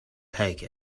take